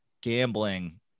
gambling